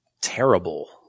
terrible